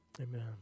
Amen